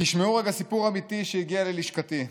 תשמעו רגע סיפור אמיתי שהגיע ללשכתי.